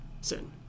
sin